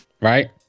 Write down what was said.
right